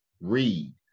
read